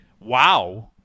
wow